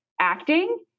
acting